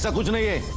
like wanted a